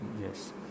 Yes